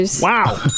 Wow